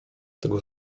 tego